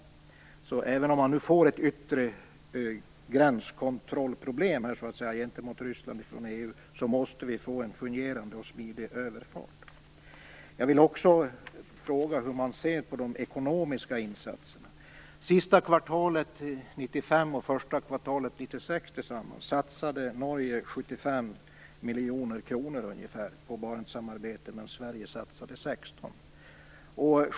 Även om EU nu får ett problem med den yttre gränskontrollen gentemot Ryssland, måste vi få en fungerande och smidig överfart. Jag vill också fråga hur man ser på de ekonomiska insatserna. Under sista kvartalet 1995 och första kvartalet 1996 satsade Norge ca 75 miljoner kronor på Barentssamarbetet, medan Sverige satsade 16 miljoner kronor.